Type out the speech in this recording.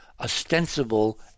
ostensible